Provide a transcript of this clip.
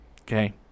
Okay